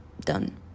done